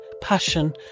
passion